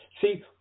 See